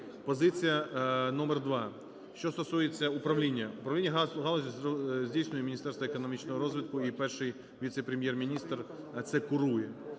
Позиція номер два: що стосується управління. Управління галуззю здійснює Міністерство економічного розвитку і перший віце-прем’єр-міністр це курує.